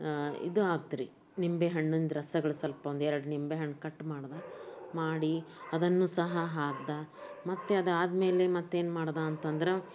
ಇದು ಹಾಕ್ತ್ರಿ ನಿಂಬೆಹಣ್ಣಿಂದು ರಸಗಳು ಸ್ವಲ್ಪ ಒಂದು ಎರಡು ನಿಂಬೆಹಣ್ಣು ಕಟ್ ಮಾಡ್ದೆ ಮಾಡಿ ಅದನ್ನು ಸಹ ಹಾಕ್ದೆ ಮತ್ತು ಅದಾದ್ಮೇಲೆ ಮತ್ತೇನು ಮಾಡ್ದೆ ಅಂತಂದ್ರೆ